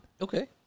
Okay